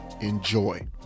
enjoy